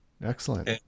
Excellent